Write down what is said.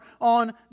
on